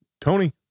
Tony